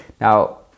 Now